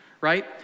right